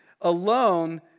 alone